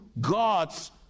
God's